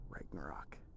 Ragnarok